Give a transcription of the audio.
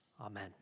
Amen